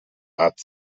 art